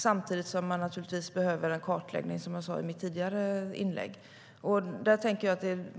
Samtidigt behöver man en kartläggning, som jag sa i mitt tidigare inlägg.